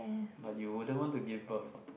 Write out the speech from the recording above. but you wouldn't want to give birth what